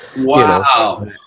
Wow